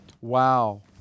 Wow